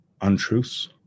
untruths